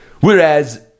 Whereas